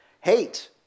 Hate